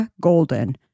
Golden